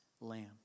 lamb